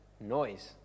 noise